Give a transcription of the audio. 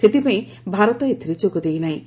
ସେଥିପାଇଁ ଭାରତ ଏଥିରେ ଯୋଗଦେଇନାହିଁ